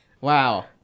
Wow